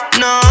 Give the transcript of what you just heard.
no